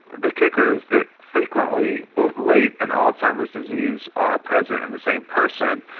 the kicker is that frequently both late and alzheimer's disease are present in the same person,